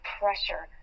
pressure